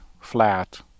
flat